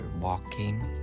walking